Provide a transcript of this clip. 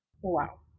Wow